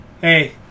Hey